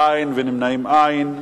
אין, ונמנעים, אין.